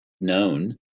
known